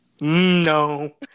No